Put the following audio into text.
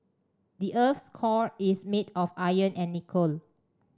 the earth's core is made of iron and nickel